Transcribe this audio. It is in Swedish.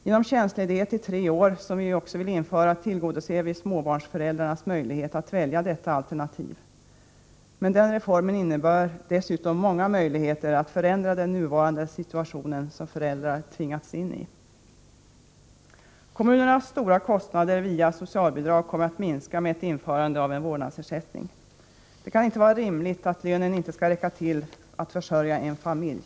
Genom tjänstledighet i tre år, som vi också vill införa, ger vi småbarnsföräldrarna möjligheter att välja detta alternativ, men den reformen innebär dessutom många möjligheter att förändra den nuvarande situationen, som föräldrar tvingats in i. Kommunernas stora kostnader via socialbidrag kommer att minska med ett införande av en vårdnadsersättning. Det kan inte vara rimligt att lönen ej skall räcka till att försörja en familj.